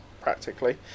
practically